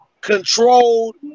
controlled